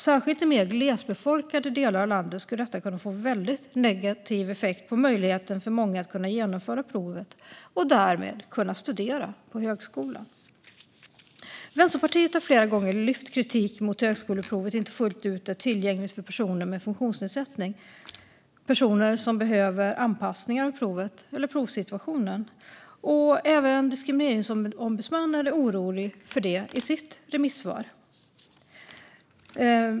Särskilt i mer glesbefolkade delar av landet skulle detta kunna få en väldigt negativ effekt på möjligheten för många att kunna genomföra provet och därmed kunna studera på högskolan. Vänsterpartiet har flera gånger lyft kritik mot att högskoleprovet inte fullt ut är tillgängligt för personer med funktionsnedsättning och personer som behöver anpassningar av provet eller provsituationen. Även Diskrimineringsombudsmannen är orolig för det i sitt remissvar.